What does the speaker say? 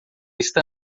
está